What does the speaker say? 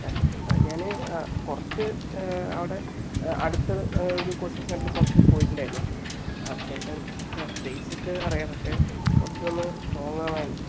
ആ സാർ ആ ഞാന് ആ കുറച്ച് അവിടെ അടുത്ത് ഒരു കോച്ചിംഗ് സെൻ്ററിൽ കുറച്ച് പോയിട്ട് ഉണ്ടായിരുന്നു അത്യാവശ്യം ബേസിക്ക് അറിയാം പക്ഷെ കുറച്ച് ഒന്ന് സ്ട്രോംഗ് ആകാൻ ഉണ്ട്